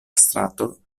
strato